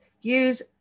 use